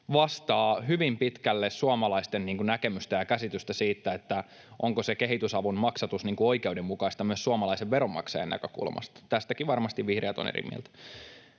vastaa hyvin pitkälle suomalaisten näkemystä ja käsitystä siitä, onko kehitysavun maksatus oikeudenmukaista myös suomalaisen veronmaksajan näkökulmasta. Tästäkin varmasti vihreät ovat eri mieltä.